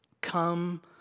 Come